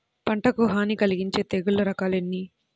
పంటకు హాని కలిగించే తెగుళ్ల రకాలు ఎన్ని?